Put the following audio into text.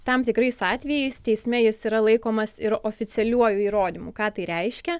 tam tikrais atvejais teisme jis yra laikomas ir oficialiuoju įrodymu ką tai reiškia